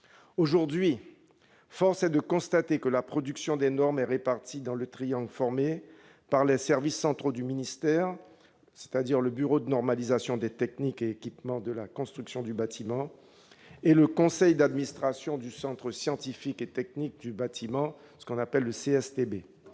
Aujourd'hui, force est de constater que la production des normes est répartie au sein du triangle formé par les services centraux du ministère, le Bureau de normalisation des techniques et équipements de la construction du bâtiment, le BNTEC, et le conseil d'administration du Centre scientifique et technique du bâtiment, le CSTB,